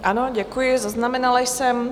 Ano, děkuji, zaznamenala jsem.